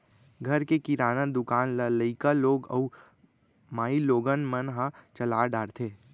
घर के किराना दुकान ल लइका लोग अउ माइलोगन मन ह चला डारथें